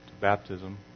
baptism